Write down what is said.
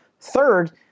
Third